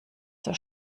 der